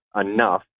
enough